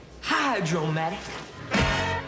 hydromatic